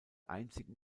einzigen